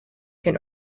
can